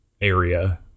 area